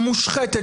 המושחתת,